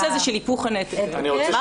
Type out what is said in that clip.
הזה של היפוך הנטל של הבחירה וההסכמה.